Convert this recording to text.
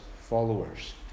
followers